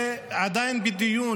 זה עדיין בדיון